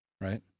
right